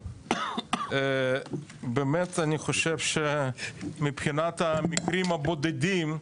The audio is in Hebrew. באמת, אני חושב שמבחינת המקרים הבודדים,